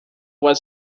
was